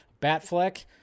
Batfleck